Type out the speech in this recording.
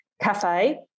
cafe